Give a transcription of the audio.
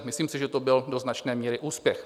Myslím si, že to byl do značné míry úspěch.